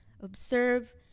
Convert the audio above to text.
observe